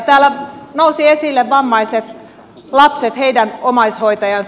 täällä nousi esille vammaiset lapset heidän omaishoitajansa